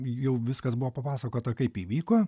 jau viskas buvo papasakota kaip įvyko